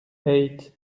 eight